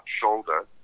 shoulder